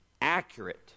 accurate